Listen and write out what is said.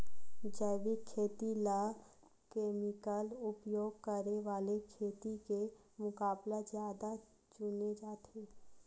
जैविक खेती ला केमिकल उपयोग करे वाले खेती के मुकाबला ज्यादा चुने जाते